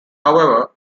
however